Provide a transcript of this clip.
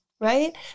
right